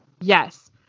Yes